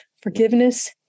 Forgiveness